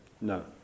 No